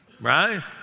right